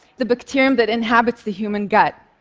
the bacterium that inhabits the human gut.